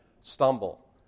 stumble